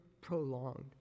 prolonged